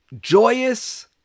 joyous